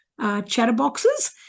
chatterboxes